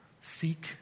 Seek